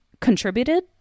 contributed